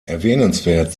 erwähnenswert